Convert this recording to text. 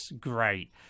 great